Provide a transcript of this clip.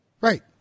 Right